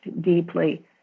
deeply